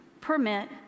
permit